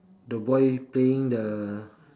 the boy playing the